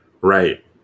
Right